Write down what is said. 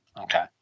Okay